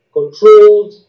controlled